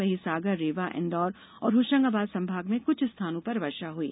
वहीं सागर रीवा इन्दौर और होशंगाबाद संभाग में कृछ स्थानों पर वर्षा हुई